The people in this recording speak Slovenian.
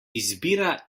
izbira